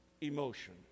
emotion